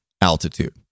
altitude